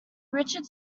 richard